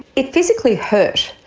it physically hurt.